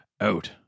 out